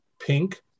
pink